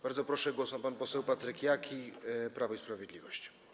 Bardzo proszę, głos ma pan poseł Patryk Jaki, Prawo i Sprawiedliwość.